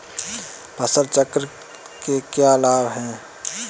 फसल चक्र के क्या लाभ हैं?